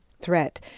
threat